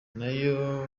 nayo